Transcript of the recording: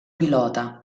pilota